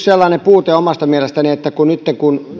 sellainen puute omasta mielestäni että nytten kun